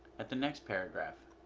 at the next paragraph.